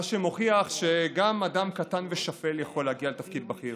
מה שמוכיח שגם אדם קטן ושפל יכול להגיע לתפקיד בכיר.